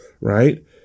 right